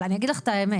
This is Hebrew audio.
אבל אני אגיד לך את האמת,